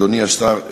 אדוני השר,